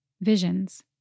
visions